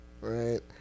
right